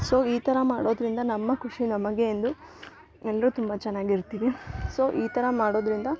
so ಈ ಥತರ ಮಾಡೋದರಿಂದ ನಮ್ಮ ಖುಷಿ ನಮಗೆ ಎಂದು ಎಲ್ಲರು ತುಂಬ ಚೆನ್ನಾಗ್ ಇರ್ತೀವಿ ಸೊ ಈ ಥರ ಮಾಡೋದರಿಂದ